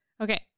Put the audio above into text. Okay